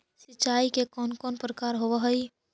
सिंचाई के कौन कौन प्रकार होव हइ?